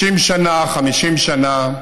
60 שנה, 50 שנה דיברו,